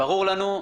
ברור לנו,